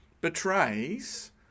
betrays